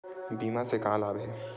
बीमा से का लाभ हे?